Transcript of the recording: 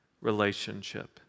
relationship